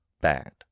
bad